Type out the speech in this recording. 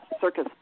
Circus